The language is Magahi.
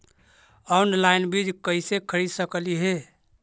ऑनलाइन बीज कईसे खरीद सकली हे?